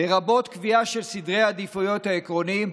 "לרבות קביעה של סדרי עדיפויות העקרוניים,